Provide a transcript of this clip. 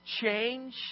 change